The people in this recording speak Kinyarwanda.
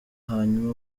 hanyuma